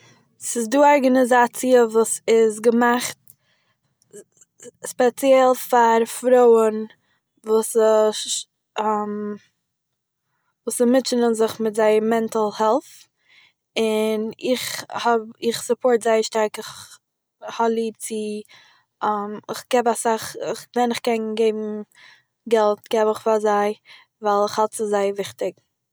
ס'איז דא א ארגאניזאציע וואס איז געמאכט ספעציעל פאר פרויען וואס מוטשענען זיך מיט זייערע מענטל העלט' און איך האב- איך סאפורט זיי זייער שטארק. איך האב ליב צו איך געב אסאך- ווען איך קען געבן געלט - געב איך פאר זיי ווייל איך האלט ס'איז זייער וויכטיג